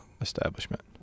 establishment